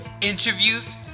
interviews